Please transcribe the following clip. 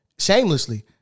Shamelessly